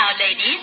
ladies